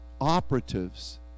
operatives